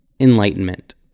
enlightenment